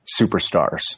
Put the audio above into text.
superstars